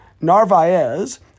Narvaez